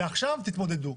ועכשיו תתמודדו.